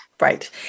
Right